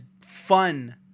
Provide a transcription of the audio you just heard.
fun